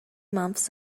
months